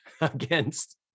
against-